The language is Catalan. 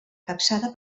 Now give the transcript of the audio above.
capçada